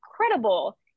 incredible